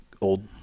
old